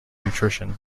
nutrition